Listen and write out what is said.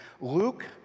Luke